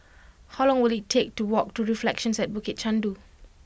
how long will it take to walk to Reflections at Bukit Chandu